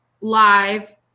live